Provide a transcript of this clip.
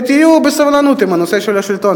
ותחכו בסבלנות עם הנושא של השלטון.